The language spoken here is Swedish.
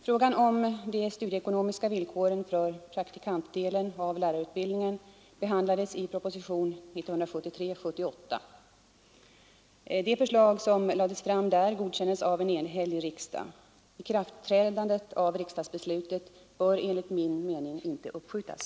Frågan om de studieekonomiska villkoren för praktikantdelen av lärarutbildningen behandlades i propositionen 1973:78. De förslag som lades fram där godkändes av en enhällig riksdag. Ikraftträdandet av riksdagsbeslutet bör enligt min mening inte uppskjutas.